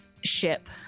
ship